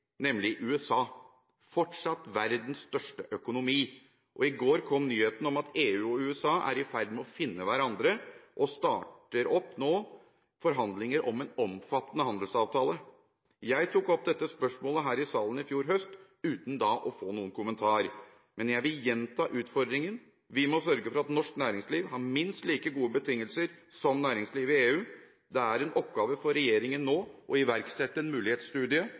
nemlig USA, fortsatt verdens største økonomi. I går kom nyheten om at EU og USA er i ferd med å finne hverandre og starter nå opp forhandlinger om en omfattende handelsavtale. Jeg tok opp dette spørsmålet her i salen i fjor høst, uten da å få noen kommentar. Men jeg vil gjenta utfordringen: Vi må sørge for at norsk næringsliv har minst like gode betingelser som næringslivet i EU. Det er en oppgave for regjeringen nå å iverksette en mulighetsstudie